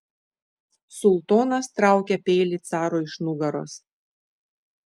sultonas traukia peilį carui iš nugaros